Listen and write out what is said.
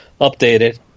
updated